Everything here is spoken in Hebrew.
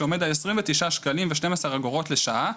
שעומד על עשרים ותשעה שקלים ושתים עשרה אגורות לשעה,